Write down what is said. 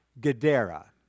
Gadara